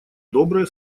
добрые